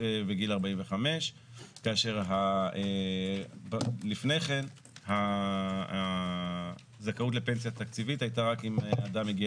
בגיל 45 כאשר לפני כן הזכאות לפנסיה תקציבית הייתה רק אם אדם הגיע